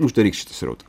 uždaryk šitą srautą